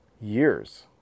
years